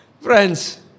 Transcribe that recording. Friends